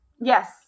Yes